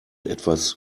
etwas